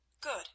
Good